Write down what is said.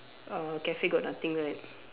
uh cafe got nothing right